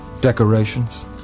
decorations